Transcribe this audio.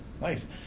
Nice